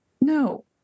No